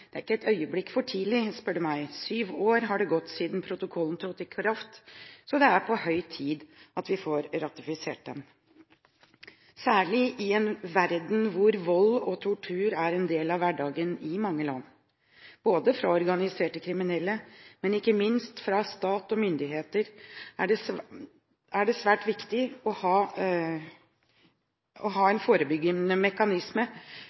det er ikke et øyeblikk for tidlig, spør du meg: Syv år har gått siden protokollen trådte i kraft, så det er på høy tid at vi får ratifisert den. Særlig i en verden hvor vold og tortur er en del av hverdagen i mange land, både fra organiserte kriminelle og – ikke minst – fra stat og myndigheter, er det svært viktig å ha en forebyggende mekanisme